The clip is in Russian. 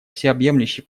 всеобъемлющий